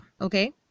okay